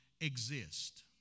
exist